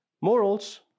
Morals